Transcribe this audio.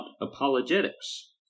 apologetics